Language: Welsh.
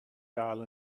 gael